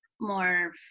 more